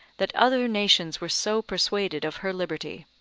that other nations were so persuaded of her liberty.